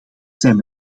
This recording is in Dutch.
zijn